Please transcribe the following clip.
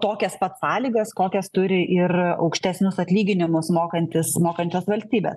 tokias pat sąlygas kokias turi ir aukštesnius atlyginimus mokantys mokančios valstybės